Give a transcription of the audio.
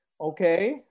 Okay